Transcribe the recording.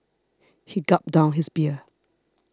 he gulped down his beer